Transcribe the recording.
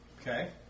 Okay